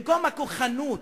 במקום הכוחנות,